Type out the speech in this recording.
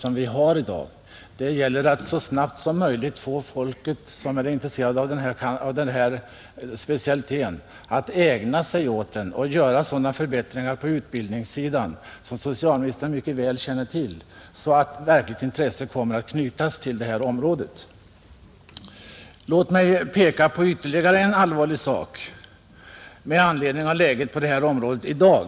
Det gäller för oss att så snabbt som möjligt få dem som är intresserade av denna specialitet att ägna sig åt den och att företa sådana förbättringar på utbildningssidan att verkligt intresse kommer att knytas till detta område. Låt mig peka på ytterligare en allvarlig sak med anledning av bristsituationen på detta område, nämligen väntetiderna.